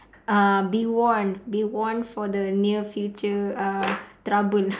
uh be warned be warned for the near future uh trouble